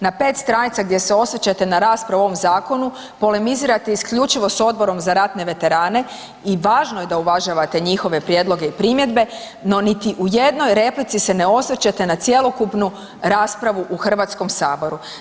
Na 5 stranica gdje se osvrćete na raspravu o ovom zakonu, polemizirate isključivo sa Odbor za ratne veterane i važno je da uvažavate njihove prijedloge i primjedbe no niti u jednoj replici se ne osvrćete na cjelokupnu raspravu u Hrvatskom saboru.